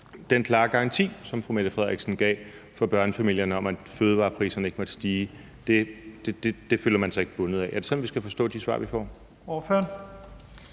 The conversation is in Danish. den klare garanti, som fru Mette Frederiksen gav til børnefamilierne om, at fødevarepriserne ikke måtte stige, føler man sig ikke bundet af? Er det sådan, vi skal forstå de svar, vi får?